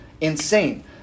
Insane